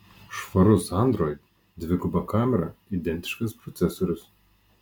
švarus android dviguba kamera identiškas procesorius